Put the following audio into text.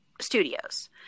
studios